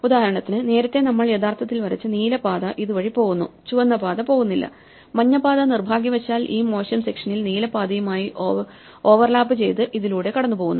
ഉദാഹരണത്തിന് നേരത്തെ നമ്മൾ യഥാർത്ഥത്തിൽ വരച്ച നീല പാത ഇത് വഴി പോകുന്നു ചുവന്ന പാത പോകുന്നില്ല മഞ്ഞ പാത നിർഭാഗ്യവശാൽ ഈ മോശം സെക്ഷനിൽ നീല പാതയുമായി ഓവർലാപ്പു ചെയ്ത് ഇതിലൂടെ കടന്നുപോകുന്നു